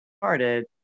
started